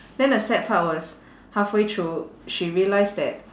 then the sad part was halfway through she realised that